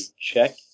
check